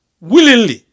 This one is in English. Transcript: willingly